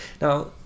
now